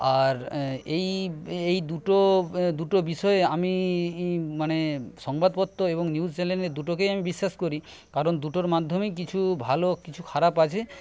আর এই এই দুটো দুটো বিষয়ে আমি মানে সংবাদপত্র এবং নিউজ চ্যানেলে দুটোকেই আমি বিশ্বাস করি কারণ দুটোর মাধ্যমেই কিছু ভালো কিছু খারাপ আছে